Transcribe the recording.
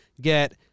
get